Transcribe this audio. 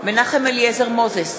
מנחם אליעזר מוזס,